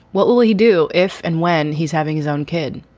what will he do if and when he's having his own kid?